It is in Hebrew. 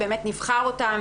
שנבחר אותו,